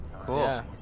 Cool